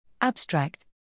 Abstract